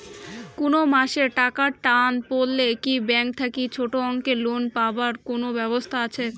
কুনো মাসে টাকার টান পড়লে কি ব্যাংক থাকি ছোটো অঙ্কের লোন পাবার কুনো ব্যাবস্থা আছে?